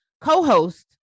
co-host